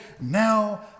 now